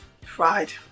Fried